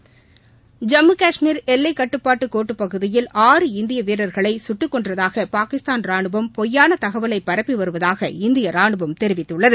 ஐம்ம கஷ்மீர் எல்லைப் கட்டுப்பாட்டுப் கோட்டுப் பகுதியில் ஆறு இந்திய வீரர்களை கட்டுக் கொன்றதாக பாகிஸ்தான் ரானுவம் பொய்யான தகவலை பரப்பி வருவதாக இந்திய ரானுவம் தெரிவித்துள்ளது